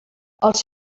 els